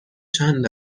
چند